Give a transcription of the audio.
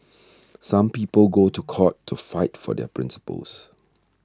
some people go to court to fight for their principles